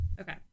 Okay